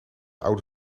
oude